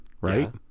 right